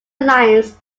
lines